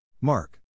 Mark